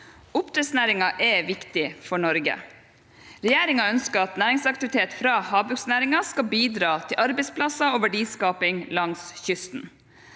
Oppdrettsnæringen er viktig for Norge. Regjeringen ønsker at næringsaktivitet fra havbruksnæringen skal bidra til arbeidsplasser og verdiskaping langs kysten.